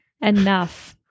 enough